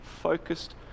focused